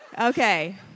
Okay